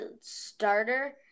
starter